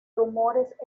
rumores